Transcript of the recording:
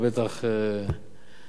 אתה בטח יודע